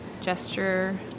gesture